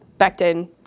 Becton